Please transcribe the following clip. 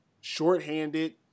shorthanded